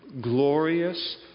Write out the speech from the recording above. Glorious